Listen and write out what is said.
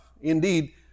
Indeed